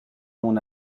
mon